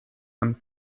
and